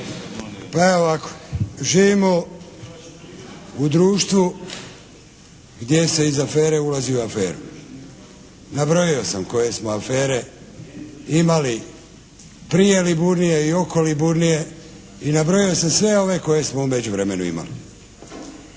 Pa evo ovako. Živimo u društvu gdje se iz afere ulazi u aferu. Nabrojio sam koje smo afere imali prije Liburnije i oko Liburnije. I nabrojao sam sve ove koje smo u međuvremenu imali.